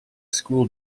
school